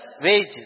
wages